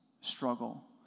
struggle